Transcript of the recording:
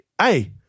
hey